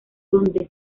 donde